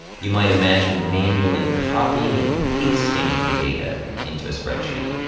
you might imagine manually copying and pasting the data into a spreadsheet,